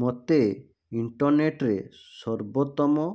ମୋତେ ଇଣ୍ଟରନେଟରେ ସର୍ବୋତ୍ତମ